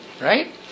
right